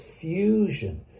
fusion